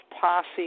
posse